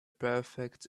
perfect